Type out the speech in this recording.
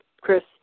Chris